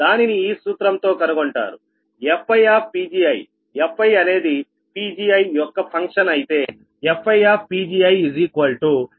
దానిని ఈ సూత్రంతో కనుగొంటారు FiPgi Fi అనేది Pgi యొక్క ఫంక్షన్ అయితే FiPgiPgi